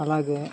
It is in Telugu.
అలాగే